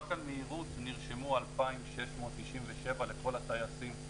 רק על מהירות נרשמו 2,697 לכל "הטייסים"